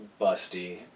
busty